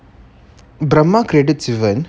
brahma created sivan